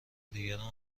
دیگران